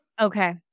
Okay